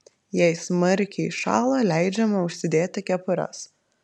jei smarkiai šąla leidžiama užsidėti kepures